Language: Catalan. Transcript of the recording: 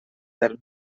del